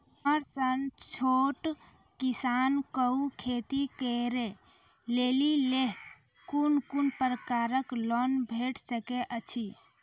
हमर सन छोट किसान कअ खेती करै लेली लेल कून कून प्रकारक लोन भेट सकैत अछि?